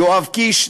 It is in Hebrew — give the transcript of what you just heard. יואב קיש,